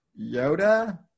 Yoda